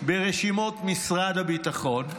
ברשימות משרד הביטחון,